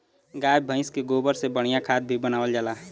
गाय भइस के गोबर से बढ़िया खाद भी बनावल जाला